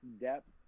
depth